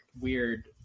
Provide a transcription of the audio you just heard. weird